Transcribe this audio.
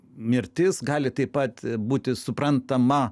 mirtis gali taip pat būti suprantama